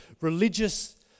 religious